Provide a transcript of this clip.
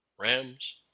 rams